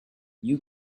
you